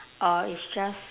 uh it's just